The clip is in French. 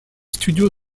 studios